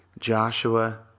Joshua